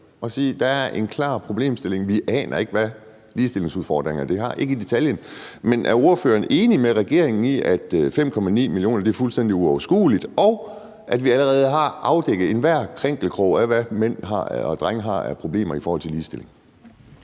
Der er en klar problemstilling; vi aner ikke, hvad for nogle ligestillingsudfordringer det har, ikke i detaljen. Er ordføreren enig med regeringen i, at 5,9 mio. kr. er fuldstændig uoverskueligt, og at vi allerede har afdækket enhver krinkelkrog af, hvad mænd og drenge har af problemer i forhold til ligestilling?